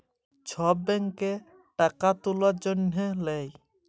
ছব ব্যাংকে টাকা তুলার জ্যনহে লেই